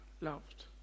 loved